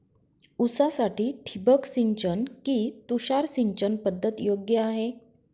ऊसासाठी ठिबक सिंचन कि तुषार सिंचन पद्धत योग्य आहे?